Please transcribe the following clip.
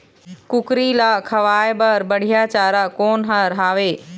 कुकरी ला खवाए बर बढीया चारा कोन हर हावे?